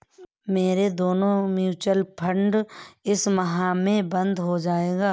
मेरा दोनों mutual fund इस माह में बंद हो जायेगा